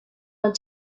want